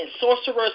sorcerers